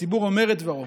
הציבור אומר את דברו.